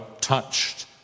touched